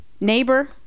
neighbor